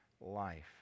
life